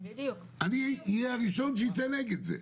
אני אהיה הראשון שיצא נגד זה,